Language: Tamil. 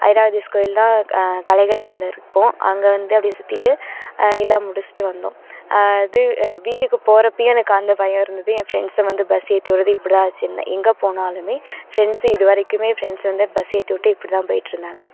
ஐராவதீஸ் கோயில் தான் கலைகள் இருந்துருக்கும் அங்கே வந்து அப்படியே சுற்றிட்டு இதலாம் முடித்துட்டு வந்தோம் இது வீட்டுக்கு போகிறப்பையும் எனக்கு அந்த பயம் இருந்தது என் ஃப்ரெண்ட்ஸு வந்து பஸ் ஏற்றி விட்றது இப்படி தான் வச்சிருந்தேன் எங்கே போனாலுமே ஃப்ரெண்ட்ஸு இது வரைக்குமே ஃப்ரெண்ட்ஸ் வந்து பஸ் ஏற்றி விட்டு இப்படி தான் போயிட்டு இருந்தாங்க